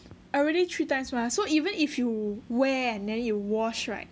already three times mah so even if you wear and then you wash right